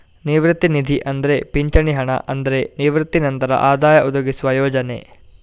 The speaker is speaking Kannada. ನಿವೃತ್ತಿ ನಿಧಿ ಅಂದ್ರೆ ಪಿಂಚಣಿ ಹಣ ಅಂದ್ರೆ ನಿವೃತ್ತಿ ನಂತರ ಆದಾಯ ಒದಗಿಸುವ ಯೋಜನೆ